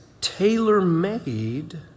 tailor-made